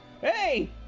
hey